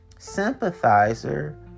sympathizer